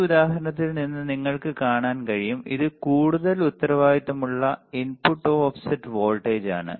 ഈ ഉദാഹരണത്തിൽ നിന്ന് നിങ്ങൾക്ക് കാണാൻ കഴിയും ഇത് കൂടുതൽ ഉത്തരവാദിത്തമുള്ള ഇൻപുട്ട് ഓഫ്സെറ്റ് വോൾട്ടേജാണ്